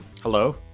Hello